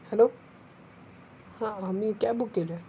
hello हां हां मी कॅब बुक केली आहे